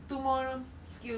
two more skills